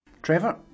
Trevor